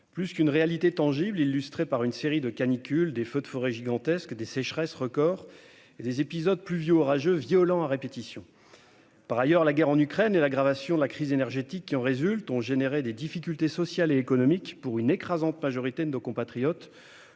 encore, une réalité tangible, illustrée par une série de canicules, des feux de forêt gigantesques, des sécheresses record et des épisodes pluvio-orageux violents à répétition. Par ailleurs, la guerre en Ukraine et l'aggravation de la crise énergétique qui en résulte ont entraîné des difficultés sociales et économiques pour une écrasante majorité de nos compatriotes,